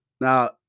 now